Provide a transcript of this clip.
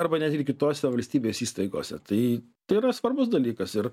arba net ir kitose valstybės įstaigose tai tai yra svarbus dalykas ir